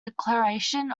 declaration